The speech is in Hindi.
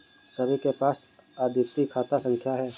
सभी के पास अद्वितीय खाता संख्या हैं